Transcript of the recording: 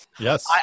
Yes